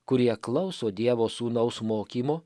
kurie klauso dievo sūnaus mokymo